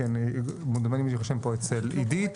מוזמנים להירשם פה אצל עידית.